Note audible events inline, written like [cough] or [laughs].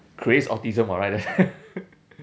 creates autism or like that [laughs]